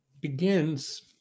begins